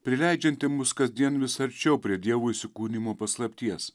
prileidžianti mus kasdien vis arčiau prie dievo įsikūnijimo paslapties